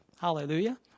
Hallelujah